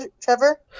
Trevor